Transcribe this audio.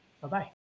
Bye-bye